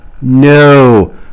no